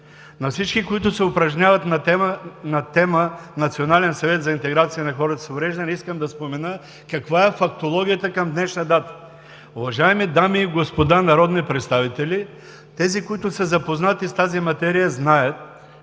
На всички, които се упражняват на тема Национален съвет за интеграция на хората с увреждания, искам да кажа каква е фактологията към днешна дата. Уважаеми дами и господа народни представители, тези, които са запознати с тази материя, знаят